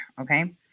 okay